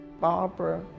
Barbara